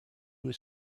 was